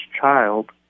child